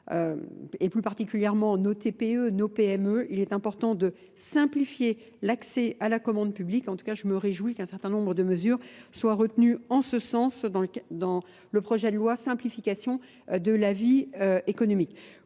et plus particulièrement nos TPE, nos PME. Il est important de simplifier l'accès à la commande publique, en tout cas je me réjouis qu'un certain nombre de mesures soit retenue en ce sens dans le projet de loi simplification de la vie économique.